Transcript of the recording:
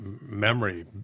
memory